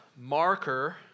marker